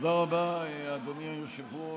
תודה רבה, אדוני היושב-ראש.